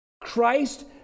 Christ